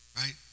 right